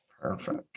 Perfect